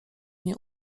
nie